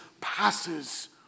passes